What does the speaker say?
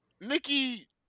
Nikki